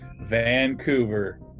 Vancouver